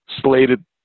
slated